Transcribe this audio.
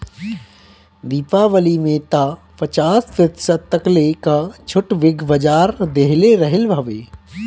दीपावली में तअ पचास प्रतिशत तकले कअ छुट बिग बाजार देहले रहल हवे